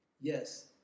Yes